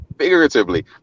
figuratively